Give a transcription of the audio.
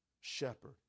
shepherd